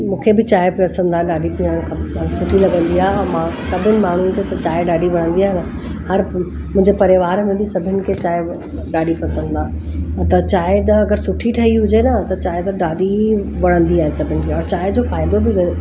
मूंखे बि चाहिं पसंदि आहे ॾाढी पीअण खां सुठी लॻंदी आहे मां सभिनि माण्हुनि खे असां चांहि ॾाढी वणंदी आहे मुंहिंजे परिवार में बि सभिनि खे चांहि ॾाढी पसंदि आहे त चांहि त अगरि सुठी ठई हुजे न त चांहि त ॾाढी ई वणंदी आहे सभिनि खे और चांहि जो फ़ाइदो बि